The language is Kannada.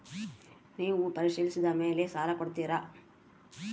ನೇವು ಪರಿಶೇಲಿಸಿದ ಮೇಲೆ ಸಾಲ ಕೊಡ್ತೇರಾ?